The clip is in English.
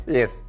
Yes